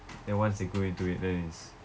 then once they go into it there is